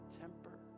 temper